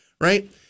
right